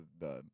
done